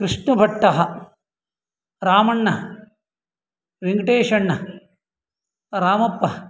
कृष्णभट्टः Ramanna Venkateshanna Ramappa